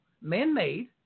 man-made